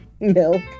Milk